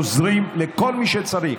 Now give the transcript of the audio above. עוזרים לכל מי שצריך.